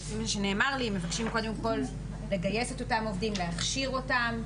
לפי מה שנאמר לי הם מבקשים קודם כל לגייס את אותם עובדים ולהכשיר אותם,